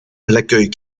l’accueil